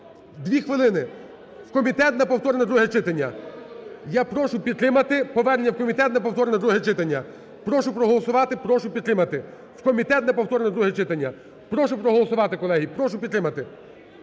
2 хвилини, у комітет на повторне друге читання. Я прошу підтримати повернення у комітет на повторне друге читання. Прошу проголосувати, прошу підтримати у комітет на повторне друге читання. Прошу проголосувати, прошу підтримати.